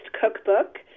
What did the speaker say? cookbook